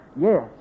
Yes